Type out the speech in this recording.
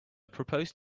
proposed